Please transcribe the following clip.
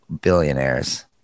billionaires